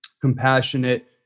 compassionate